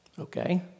Okay